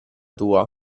tua